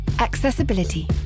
accessibility